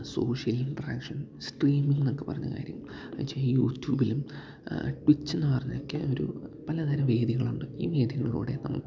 social interaction സ്ട്രീമിങ്ങെന്നൊക്കെ പറഞ്ഞ കാര്യം എന്നുവച്ചാല് ഈ യൂ ട്യൂബിലും ട്വിച്ചെന്നു പറഞ്ഞൊക്കെ ഒരു പലതരം വേദികളുണ്ട് ഈ വേദികളിലൂടെ നമുക്ക്